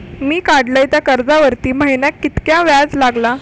मी काडलय त्या कर्जावरती महिन्याक कीतक्या व्याज लागला?